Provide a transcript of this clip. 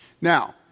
Now